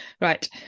right